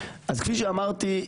אז כפי שאמרתי,